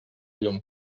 llum